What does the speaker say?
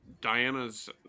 Diana's